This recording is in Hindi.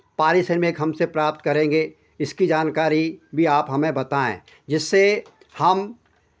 पारिश्रमिक हमसे प्राप्त करेंगे इसकी जानकारी भी आप हमें बताएँ जिससे हम